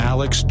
Alex